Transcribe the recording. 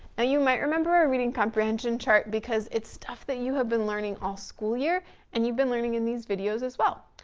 ah you might remember, a reading comprehension chart because, it's stuff that you have been learning all school year and you've been learning in these videos as well.